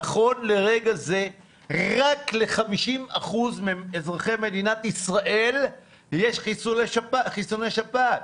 נכון לרגע זה רק ל-50 אחוזים מאזרחי מדינת ישראל יש חיסון לשפעת.